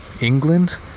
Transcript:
England